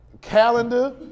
calendar